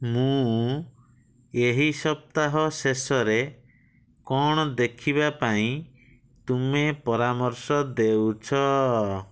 ମୁଁ ଏହି ସପ୍ତାହ ଶେଷରେ କ'ଣ ଦେଖିବା ପାଇଁ ତୁମେ ପରାମର୍ଶ ଦେଉଛ